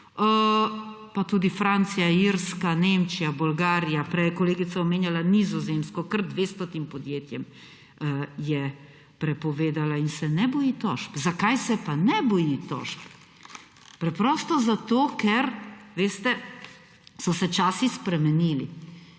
pa tudi Francija, Irska, Nemčija, Bolgarija ... Prej je kolegica omenjala Nizozemsko, kar dvestotim podjetjem je prepovedala in se ne boji tožb. Zakaj se pa ne boji tožb? Preprosto zato, ker, veste, so se časi spremenili.